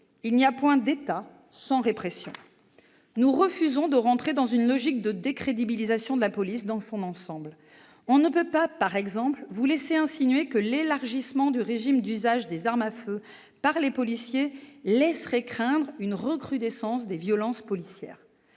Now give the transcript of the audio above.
Il n'y a point d'État sans répression. Nous refusons d'entrer dans une logique de décrédibilisation de la police dans son ensemble. On ne peut pas, par exemple, vous laisser insinuer que l'élargissement du régime d'usage des armes à feu par les policiers ferait craindre une recrudescence des violences policières.